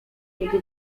kiedy